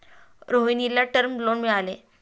रोहिणीला term loan मिळाले